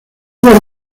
los